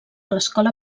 l’escola